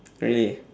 really